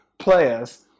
players